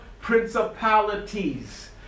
principalities